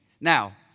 Now